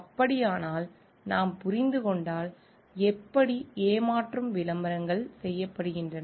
அப்படியானால் நாம் புரிந்து கொண்டால் எப்படி ஏமாற்றும் விளம்பரங்கள் செய்யப்படுகின்றன